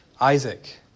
Isaac